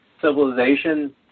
civilization